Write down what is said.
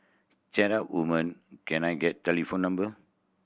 chat up woman can l get telephone number